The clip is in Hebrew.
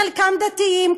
חלקם דתיים,